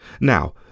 Now